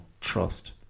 trust